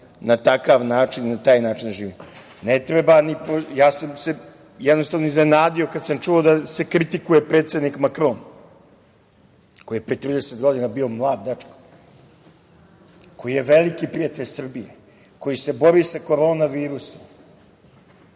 na takav način i na taj način da živimo. Jednostavno sam se iznenadio kada sam čuo da se kritikuje predsednik Makron, koji je pre 30 godina bio mlad dečko, koji je veliki prijatelj Srbiji, koji se bori sa korona virusom,